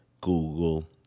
Google